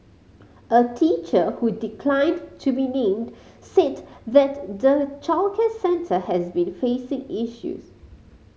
a teacher who declined to be named said that the childcare centre has been facing issues